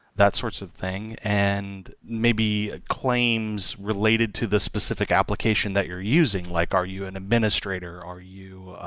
that sorts of thing, and maybe claims related to the specific application that you're using. like are you an administrator? are you